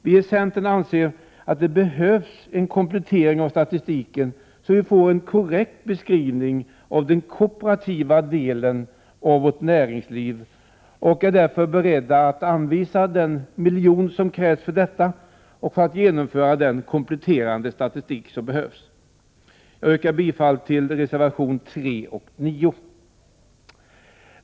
Vi i centern anser att det behövs en komplettering av statistiken så att vi får en korrekt beskrivning av den kooperativa delen av vårt näringsliv. Vi är också beredda att anvisa den miljon som krävs för att utföra den kompletterande statistik som behövs. Jag yrkar bifall till reservationerna 3 och 9.